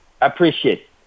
appreciate